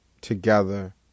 together